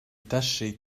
tâchez